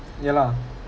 ya lah